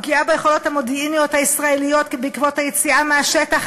פגיעה ביכולות המודיעיניות הישראליות בעקבות היציאה מהשטח.